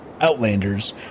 Outlanders